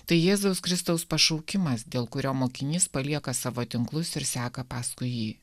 tai jėzaus kristaus pašaukimas dėl kurio mokinys palieka savo tinklus ir seka paskui jį